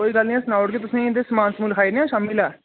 कोई गल्ल नी अस सनाई ओड़गे तुसेंगी समान सुमान लखाई ओड़ने शामीं बेल्लै